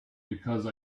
because